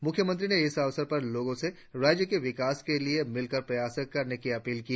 मुख्यमंत्री ने इस अवसर पर लोगों से राज्य के विकास के लिए मिलकर प्रयास करने की अपील की